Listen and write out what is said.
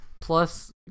Plus